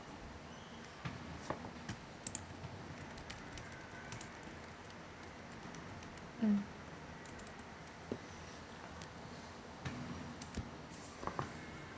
mm